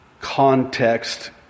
context